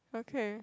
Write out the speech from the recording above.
okay